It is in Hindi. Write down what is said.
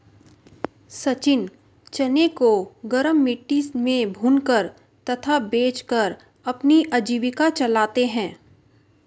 सचिन चने को गरम मिट्टी में भूनकर तथा बेचकर अपनी आजीविका चलाते हैं